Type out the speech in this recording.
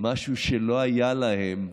משהו שלא היה להם,